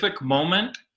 moment